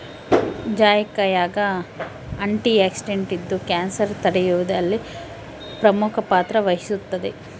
ಜಾಯಿಕಾಯಾಗ ಆಂಟಿಆಕ್ಸಿಡೆಂಟ್ ಇದ್ದು ಕ್ಯಾನ್ಸರ್ ತಡೆಯುವಲ್ಲಿ ಪ್ರಮುಖ ಪಾತ್ರ ವಹಿಸುತ್ತದೆ